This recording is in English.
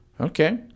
Okay